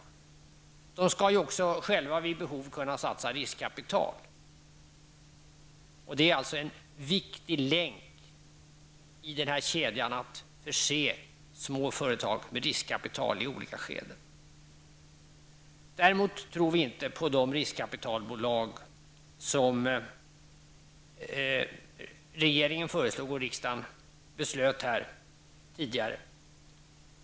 De skall också själva vid behov kunna satsa riskkapital. De utgör alltså en viktig länk i denna kedja att förse små företag med riskkapital i olika skeden. Däremot tror vi inte på de riskkapitalbolag som regeringen har föreslagit och som riksdagen har fattat beslut om tidigare.